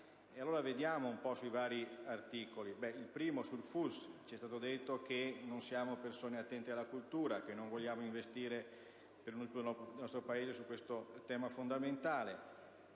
Allora vediamo i vari articoli. Sul primo, che riguarda il FUS, ci è stato detto che non siamo persone attente alla cultura, che non vogliamo investire nel nostro Paese su questo tema fondamentale.